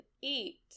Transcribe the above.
eat